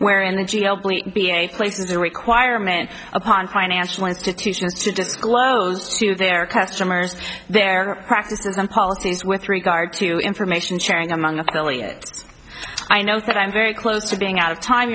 wherein be a place of the requirement upon financial institutions to disclose to their customers their practices and policies with regard to information sharing among affiliates i know that i'm very close to being out of time